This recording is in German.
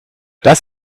das